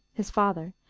his father,